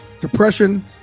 depression